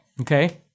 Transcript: Okay